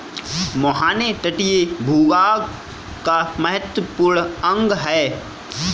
मुहाने तटीय भूभाग का महत्वपूर्ण अंग है